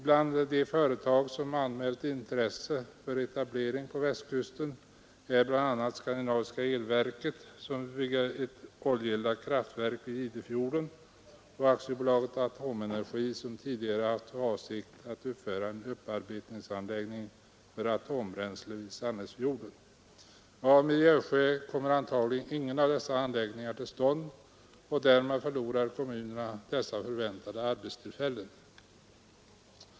Bland de företag som anmält intresse för etablering på Västkusten är Skandinaviska elverket, som vill bygga ett oljeeldat kraftverk vid Idefjorden, och AB Atomenergi, som tidigare haft för avsikt att uppföra en upparbetningsanläggning för atombränsle vid Sannäsfjorden. Av miljöskäl kommer antagligen ingen av dessa anläggningar till stånd, och därmed förlorar kommunerna förväntade arbetstillfällen.